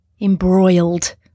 Embroiled